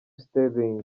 sterling